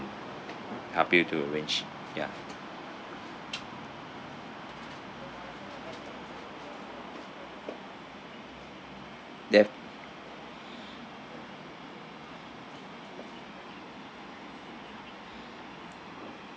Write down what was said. help you to arrange ya ya